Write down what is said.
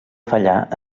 fallar